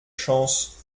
chance